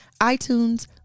iTunes